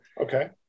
okay